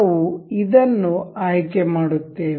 ನಾವು ಇದನ್ನು ಆಯ್ಕೆ ಮಾಡುತ್ತೇವೆ